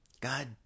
god